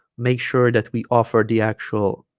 make sure that we offer the actual